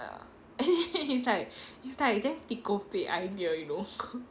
ya he's like he's like damn tiko pei idea you know